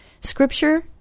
Scripture